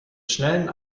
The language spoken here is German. schnellen